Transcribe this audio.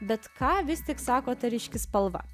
bet ką vis tik sako ta ryški spalva